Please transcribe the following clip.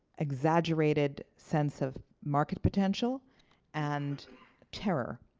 exaggerated sense of market potential and terror,